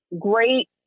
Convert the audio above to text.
great